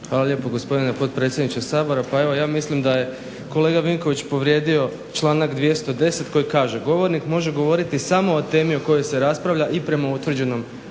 Hvala lijepo gospodine potpredsjedniče Sabora. Evo ja mislim da je kolega Vinković povrijedio članak 210. koji kaže: "Govornik može govoriti samo o temi o kojoj se raspravlja i prema utvrđenom